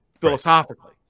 philosophically